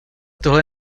tohle